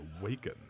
awaken